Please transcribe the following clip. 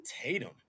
Tatum